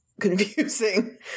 confusing